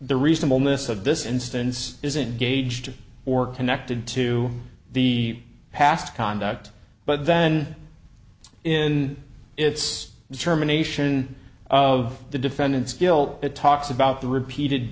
the reasonableness of this instance is engaged or connected to the past conduct but then in its determination of the defendant's guilt it talks about the repeated